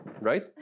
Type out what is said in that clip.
right